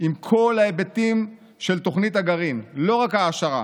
עם כל ההיבטים של תוכנית הגרעין, לא רק העשרה: